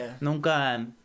Nunca